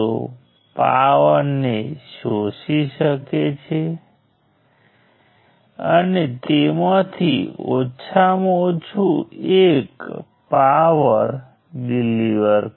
તેથી એકવાર તમારી પાસે એક ટ્રી હોય તો તમે તેમાં કોઈપણ બ્રાન્ચ ઉમેરશો તો તમે લૂપ બનાવશો